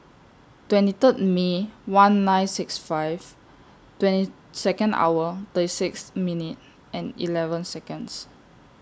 twenty Third May one nine six five twenty Second hour thirty six minute and eleven Seconds